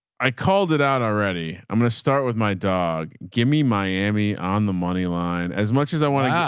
i called it out already. i'm going to start with my dog. gimme miami on the money line as much as i want to. yeah